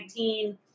2019